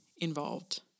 Involved